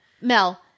Mel